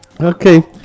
Okay